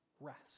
rest